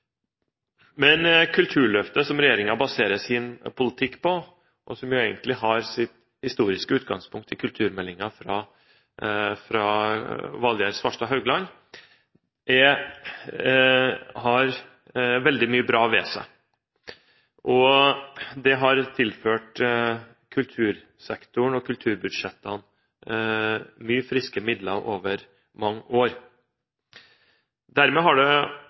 Kulturløftet, som regjeringen baserer sin politikk på, og som egentlig har sitt historiske utgangspunkt i kulturmeldingen fra Valgerd Svarstad Haugland, har veldig mye bra ved seg. Det har tilført kultursektoren og kulturbudsjettene mye friske midler over mange år. Dermed er det også plass til mange ulike tiltak, og det har det